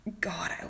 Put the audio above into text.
God